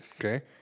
Okay